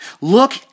look